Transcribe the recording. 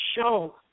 show